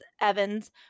Evans